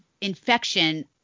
infection